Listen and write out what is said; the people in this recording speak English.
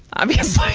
obvious.